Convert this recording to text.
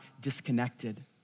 disconnected